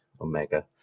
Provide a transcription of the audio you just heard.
Omega